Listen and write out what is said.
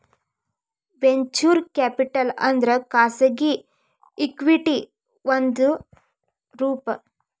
venture capital ಅಂದ್ರ ಖಾಸಗಿ equity ಒಂದ್ ರೂಪ